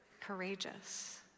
courageous